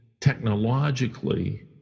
technologically